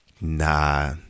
nah